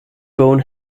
bone